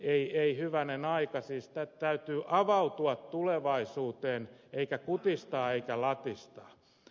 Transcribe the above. ei ei hyvänen aika siis täytyy avautua tulevaisuuteen eikä kutistaa eikä latistaa